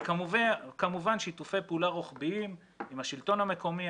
וכמובן שיתופי פעולה רוחביים עם השלטון המקומי,